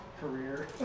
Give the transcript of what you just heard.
career